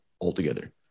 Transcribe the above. altogether